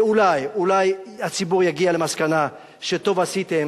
ואולי הציבור יגיע למסקנה שטוב עשיתם,